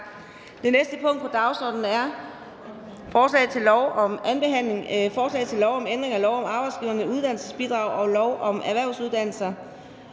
Det næste punkt på dagsordenen er: 25) 2. behandling af lovforslag nr. L 32: Forslag til lov om ændring af lov om Arbejdsgivernes Uddannelsesbidrag og lov om erhvervsuddannelser.